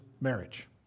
marriage